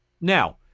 Now